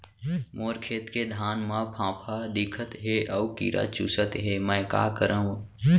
मोर खेत के धान मा फ़ांफां दिखत हे अऊ कीरा चुसत हे मैं का करंव?